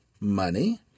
money